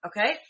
Okay